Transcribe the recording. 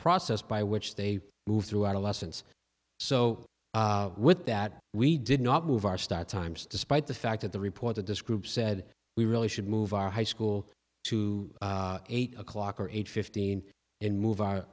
process by which they move through adolescence so with that we did not move our start times despite the fact that the report to describe said we really should move our high school to eight o'clock or eight fifteen and move our